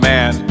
Man